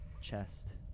chest